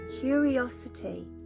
Curiosity